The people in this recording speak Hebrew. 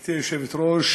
גברתי היושבת-ראש,